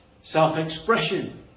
Self-expression